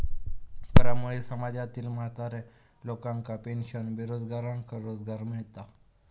करामुळे समाजातील म्हाताऱ्या लोकांका पेन्शन, बेरोजगारांका रोजगार मिळता